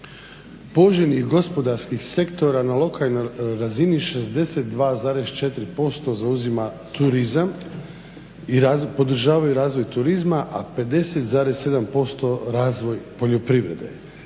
poželjni gospodarskih sektora na lokalnoj razini 62,4% zauzima turizam i podržavaju razvoj turizma, a 50,7% razvoj poljoprivrede.